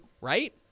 right